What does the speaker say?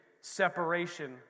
separation